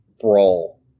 brawl